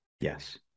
yes